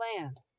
land